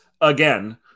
again